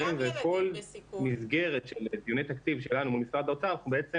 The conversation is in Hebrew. כל מסגרת של דיוני תקציב שלנו מול משרד האוצר אנחנו בעצם